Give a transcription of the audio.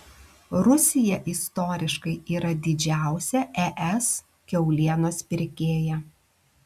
rusija istoriškai yra didžiausia es kiaulienos pirkėja